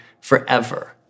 forever